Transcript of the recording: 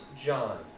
John